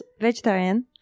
vegetarian